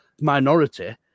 minority